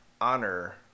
honor